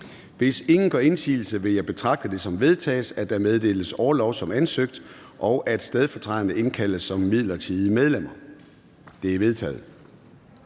Hvis ingen gør indsigelse, vil jeg betragte det som vedtaget, at der meddeles orlov som ansøgt, og at stedfortræderne indkaldes som midlertidige medlemmer. Det er vedtaget.